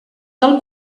del